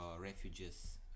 refugees